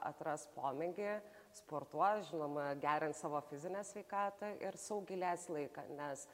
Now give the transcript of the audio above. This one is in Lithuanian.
atras pomėgį sportuos žinoma gerins savo fizinę sveikatą ir saugiai leis laiką nes